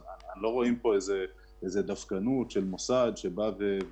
אנחנו לא רואים פה איזו דווקנות של מוסד כזה או אחר שבא ואומר: